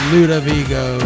Ludovico